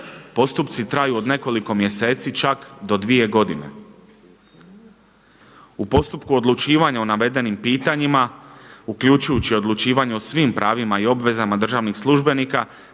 Postupci traju od nekoliko mjeseci čak do dvije godine. U postupku odlučivanja o navedenim pitanjima uključujući odlučivanje o svim pravima i obvezama državnih službenika